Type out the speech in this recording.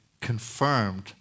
confirmed